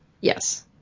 Yes